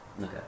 Okay